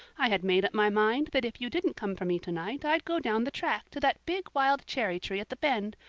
i had made up my mind that if you didn't come for me to-night i'd go down the track to that big wild cherry-tree at the bend,